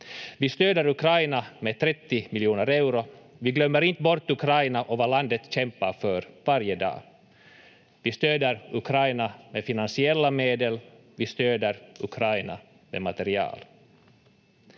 Vi stöder Ukraina med 30 miljoner euro. Vi glömmer inte bort Ukraina och vad landet kämpar för varje dag. Vi stöder Ukraina med finansiella medel, vi stöder Ukraina med material.